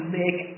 make